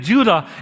Judah